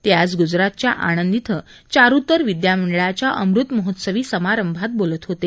ते आज गुजरातच्या आणंद श्वे चारूतर विद्यामंडळाच्या अमृतमहोत्सवी समारंभात बोलत होते